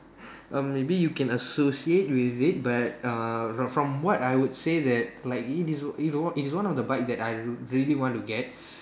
uh maybe you can associate with it but uh from from what I would say that like it is it the it is one of the bike that I really want to get